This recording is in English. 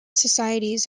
societies